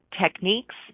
techniques